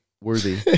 worthy